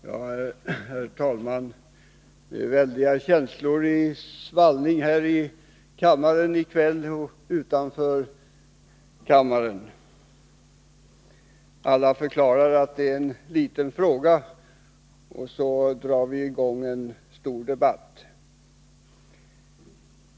Herr talman! Väldiga känslor är i svallning här i kammaren i kväll liksom också utanför kammaren. Alla förklarar att det är en liten fråga, men så drar vi i gång en stor debatt.